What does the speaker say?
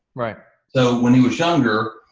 right? so when he was younger,